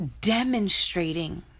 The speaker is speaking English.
demonstrating